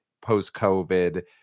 post-covid